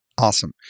Awesome